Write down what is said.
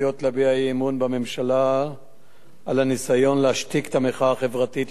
מציעות להביע אי-אמון בממשלה על הניסיון להשתיק את המחאה החברתית,